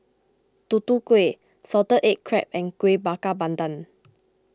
Tutu Kueh Salted Egg Crab and Kuih Bakar Pandan